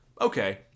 Okay